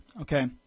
Okay